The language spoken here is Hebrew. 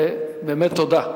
ובאמת תודה.